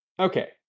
Okay